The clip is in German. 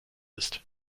ist